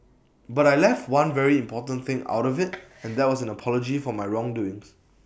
but I left one very important thing out of IT and that was an apology for my wrong doings